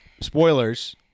spoilers